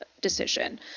decision